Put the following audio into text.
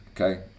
okay